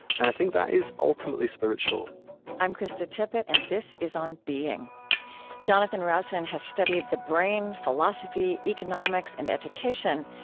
and i think that is ultimately spiritual i'm krista tippett, and this is on being jonathan rowson has studied the brain, philosophy, economics, and education,